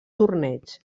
torneig